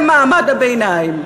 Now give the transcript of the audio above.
הם מעמד הביניים,